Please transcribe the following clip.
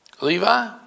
Levi